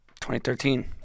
2013